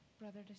brother